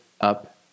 up